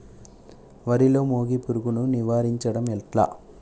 వరిలో మోగి పురుగును నివారించడం ఎట్లా?